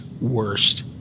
worst